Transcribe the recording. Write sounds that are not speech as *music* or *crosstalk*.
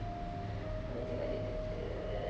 *noise*